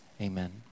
Amen